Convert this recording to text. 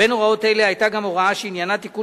בין הוראות אלה היתה גם הוראה שעניינה תיקון